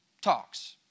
talks